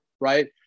right